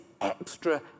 extra